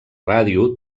ràdio